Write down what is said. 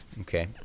Okay